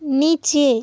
নিচে